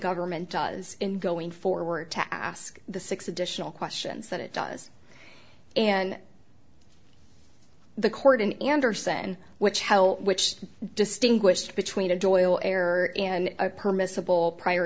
government does in going forward to ask the six additional questions that it does and the court in andersen which how which distinguished between to doyle error and permissible prior